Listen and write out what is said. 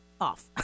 off